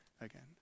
again